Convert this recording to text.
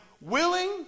willing